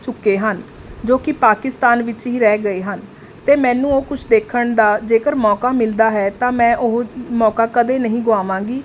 ਚੁੱਕੇ ਹਨ ਜੋ ਕਿ ਪਾਕਿਸਤਾਨ ਵਿੱਚ ਹੀ ਰਹਿ ਗਏ ਹਨ ਅਤੇ ਮੈਨੂੰ ਉਹ ਕੁਛ ਦੇਖਣ ਦਾ ਜੇਕਰ ਮੌਕਾ ਮਿਲਦਾ ਹੈ ਤਾਂ ਮੈਂ ਉਹ ਮੌਕਾ ਕਦੇ ਨਹੀਂ ਗੁਆਵਾਂਗੀ